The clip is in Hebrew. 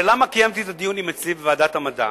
הרי למה קיימתי את הדיונים אצלי בוועדת המדע?